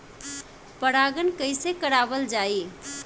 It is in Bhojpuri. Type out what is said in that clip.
परागण कइसे करावल जाई?